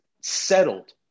settled